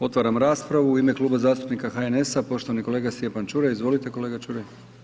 Otvaram raspravu, u ime Kluba zastupnika HNS-a, poštovani kolega Stjepan Čuraj, izvolite kolega Čuraj.